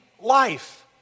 life